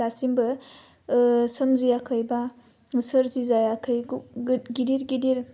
दासिमबो ओह सोमजियाखै बा सोरजिजायाखै गिदिर गिदिर